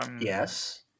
Yes